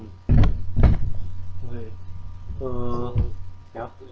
uh ya